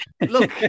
Look